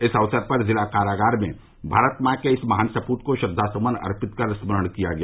इस अवसर पर जिला कारागार में भारत मां के इस महान सपूत को श्रद्वासुमन अर्पित कर स्मरण किया गया